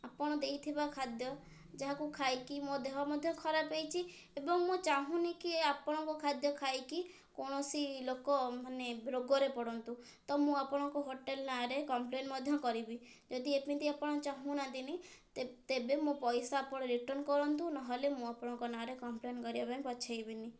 ଆପଣ ଦେଇଥିବା ଖାଦ୍ୟ ଯାହାକୁ ଖାଇକି ମୋ ଦେହ ମଧ୍ୟ ଖରାପ ହେଇଛି ଏବଂ ମୁଁ ଚାହୁଁନି କି ଆପଣଙ୍କ ଖାଦ୍ୟ ଖାଇକି କୌଣସି ଲୋକମାନେ ରୋଗରେ ପଡ଼ନ୍ତୁ ତ ମୁଁ ଆପଣଙ୍କ ହୋଟେଲ୍ ନାଁରେ କମ୍ପ୍ଲେନ୍ ମଧ୍ୟ କରିବି ଯଦି ଏମିତି ଆପଣ ଚାହୁଁନାହାନ୍ତିନି ତେବେ ମୋ ପଇସା ଆପଣ ରିଟର୍ନ କରନ୍ତୁ ନହେଲେ ମୁଁ ଆପଣଙ୍କ ନାଁରେ କମ୍ପ୍ଲେନ୍ କରିବା ପାଇଁ ପଛେଇବିନି